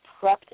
prepped